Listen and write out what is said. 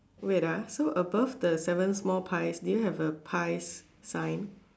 wait ah so above the seven small pies do you have a pies sign